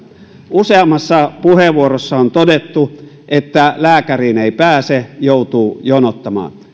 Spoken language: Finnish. useammassa puheenvuorossa on todettu että lääkäriin ei pääse ja joutuu jonottamaan